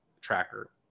tracker